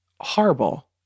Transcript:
horrible